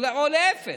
או להפך,